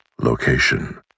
Location